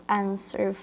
answer